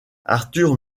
arthur